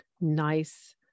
nice